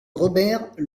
robert